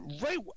right